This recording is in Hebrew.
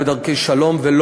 לא מַשְחֵטָה, מִשחטה.